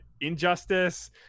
Injustice